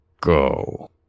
go